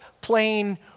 plain